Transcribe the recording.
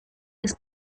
des